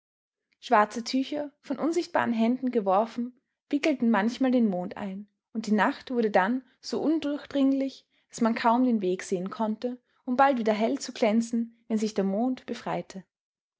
schwarze tücher von unsichtbaren händen geworfen wickelten manchmal den mond ein und die nacht wurde dann so undurchdringlich daß man kaum den weg sehen konnte um bald wieder hell zu glänzen wenn sich der mond befreite